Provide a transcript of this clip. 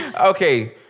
Okay